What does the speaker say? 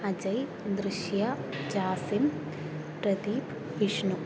Ajay Drishya Jasim Pradeep Vishnu